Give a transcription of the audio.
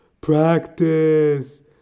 Practice